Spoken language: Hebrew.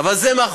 אבל זה מאחורינו.